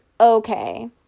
okay